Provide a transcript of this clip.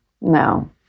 No